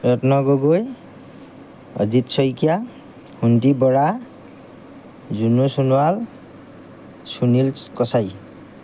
Ratna Gogoi Ajit Saikia Sunti Bora Junu Sonowal Sunil Kachari